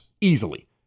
easily